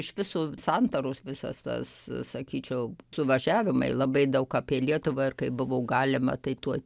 iš viso santaros visas tas sakyčiau suvažiavimai labai daug apie lietuvą ir kai buvo galima tai tuoj